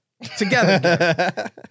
Together